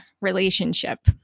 relationship